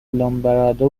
لومبرادو